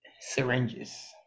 syringes